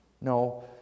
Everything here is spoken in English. No